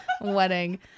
wedding